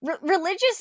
Religious